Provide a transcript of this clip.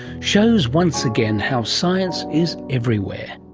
shows once again how science is everywhere.